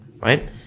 right